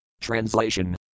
Translation